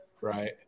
right